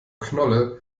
knolle